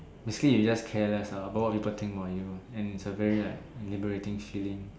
to see is just careless lah about what people think about you and is a very like liberating feeling